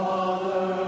Father